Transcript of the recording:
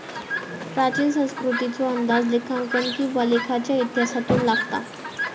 प्राचीन संस्कृतीचो अंदाज लेखांकन किंवा लेखाच्या इतिहासातून लागता